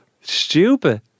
Stupid